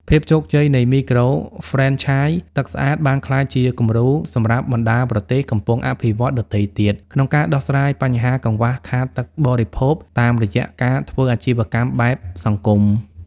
ភាពជោគជ័យនៃមីក្រូហ្វ្រេនឆាយទឹកស្អាត បានក្លាយជាគំរូសម្រាប់បណ្ដាប្រទេសកំពុងអភិវឌ្ឍន៍ដទៃទៀត ក្នុងការដោះស្រាយបញ្ហាកង្វះខាតទឹកបរិភោគតាមរយៈការធ្វើអាជីវកម្មបែបសង្គម។